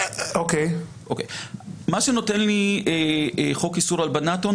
מה שנותן לי חוק איסור הלבנת הון,